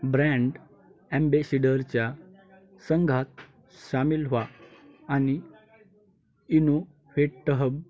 brand अँबेसिडरच्या संघात सामील व्हा आणि इनोहेट्टहब